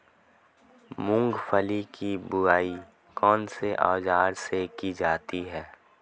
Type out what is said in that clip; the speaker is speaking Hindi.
मूंगफली की बुआई कौनसे औज़ार से की जाती है?